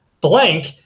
Blank